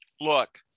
look